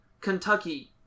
Kentucky